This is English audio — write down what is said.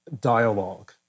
dialogue